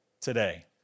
today